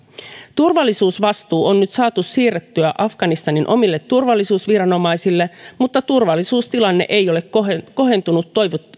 turvallisuusvastuu on nyt saatu siirrettyä afganistanin omille turvallisuusviranomaisille mutta turvallisuustilanne ei ole kohentunut kohentunut